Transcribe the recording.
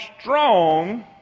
strong